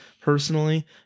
Personally